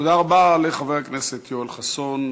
תודה רבה לחבר הכנסת יואל חסון.